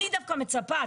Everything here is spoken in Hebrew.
אני דווקא מצפה,